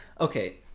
Okay